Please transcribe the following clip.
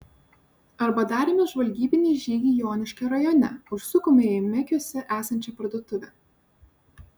arba darėme žvalgybinį žygį joniškio rajone užsukome į mekiuose esančią parduotuvę